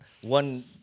one